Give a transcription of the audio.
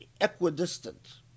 equidistant